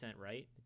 right